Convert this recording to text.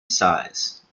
size